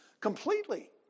completely